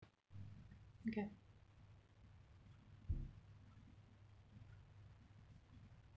okay